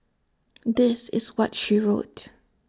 this is what she wrote